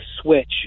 switch